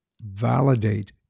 validate